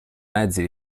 mezzi